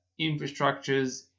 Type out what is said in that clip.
infrastructures